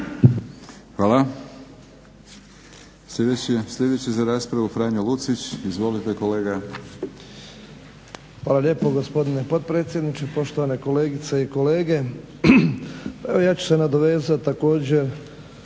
Hvala. Sljedeći za raspravu Franjo Lucić. Izvolite kolega. **Lucić, Franjo (HDZ)** Hvala lijepo gospodine potpredsjedniče, poštovane kolegice i kolege. Pa evo ja ću se nadovezati također